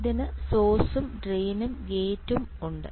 ഇതിന് സോഴ്സും ഡ്രെയിനും ഗേറ്റും ഉണ്ട്